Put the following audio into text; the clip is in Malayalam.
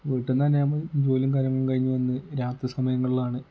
വീട്ടിൽ നിന്നു തന്നെയാകുമ്പോൾ ജോലിയും കാര്യങ്ങളും കഴിഞ്ഞു വന്ന് രാത്രി സമയങ്ങളിലാണ്